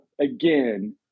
again